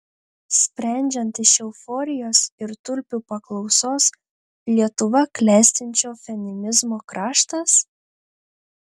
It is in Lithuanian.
sprendžiant iš euforijos ir tulpių paklausos lietuva klestinčio feminizmo kraštas